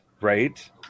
right